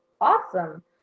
awesome